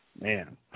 man